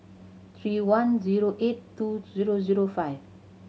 three one zero eight two zero zero five